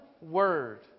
word